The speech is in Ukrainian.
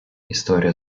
історія